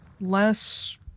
less